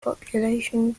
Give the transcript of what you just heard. population